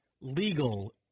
legal